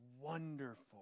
wonderful